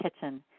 kitchen